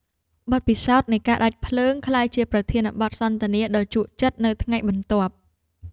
បទពិសោធន៍នៃការដាច់ភ្លើង ក្លាយជាប្រធានបទសន្ទនាដ៏ជក់ចិត្តនៅថ្ងៃបន្ទាប់។